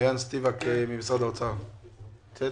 מעין ספיבק ממשרד האוצר נמצאת?